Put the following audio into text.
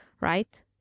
right